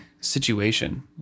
situation